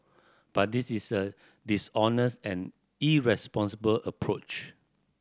but this is a dishonest and irresponsible approach